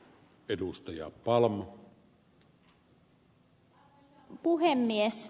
arvoisa puhemies